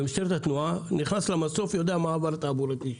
במשטרת התנועה נכנס למסוף ויודע מה העבר התעבורתי שלי.